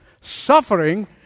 suffering